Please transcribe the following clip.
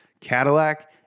Cadillac